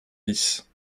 vices